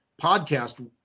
podcast